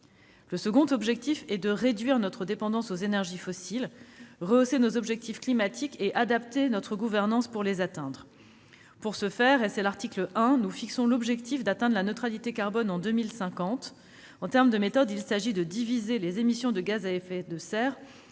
Le deuxième objectif est de réduire notre dépendance aux énergies fossiles, rehausser nos objectifs climatiques et adapter notre gouvernance pour les atteindre. Pour ce faire, à l'article 1, nous fixons l'objectif d'atteindre la neutralité carbone en 2050. En termes de méthode, il s'agit de diviser les émissions de gaz à effet de serre